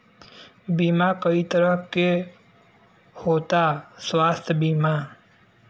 बीमा कई तरह के होता स्वास्थ्य बीमा?